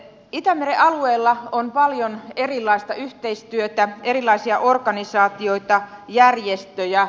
itämeren alueella on paljon erilaista yhteistyötä erilaisia organisaatioita järjestöjä